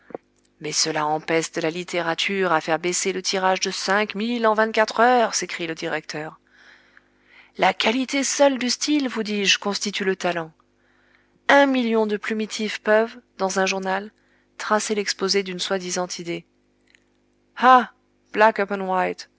mais cela empeste la littérature à faire baisser le tirage de cinq mille en vingt-quatre heures s'écrie le directeur la qualité seule du style vous dis-je constitue le talent un million de plumitifs peuvent dans un journal tracer l'exposé d'une soi-disant idée ah black